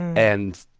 and,